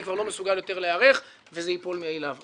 כבר לא מסוגל יותר להיערך וזה ייפול מאליו.